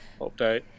update